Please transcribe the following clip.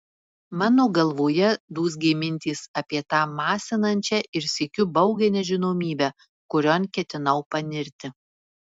mano galvoje dūzgė mintys apie tą masinančią ir sykiu baugią nežinomybę kurion ketinau panirti